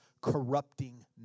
corrupting